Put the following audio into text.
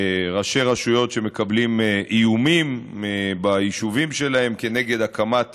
ראשי רשויות שמקבלים איומים ביישובים שלהם כנגד הקמת